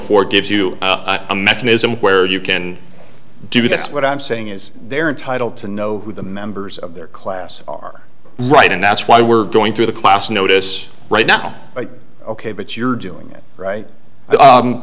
four gives you a mechanism where you can do that's what i'm saying is they're entitled to know who the members of their class are right and that's why we're going through the class notice right now ok but you're doing it right